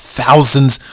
thousands